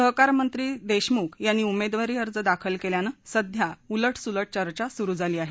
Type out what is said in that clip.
सरकारमंत्री देशमुख यांनी उमेदवारी अर्ज दाखल केल्याने सध्या उलटसुलट चर्चा सुरु झाली आहे